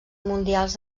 mundials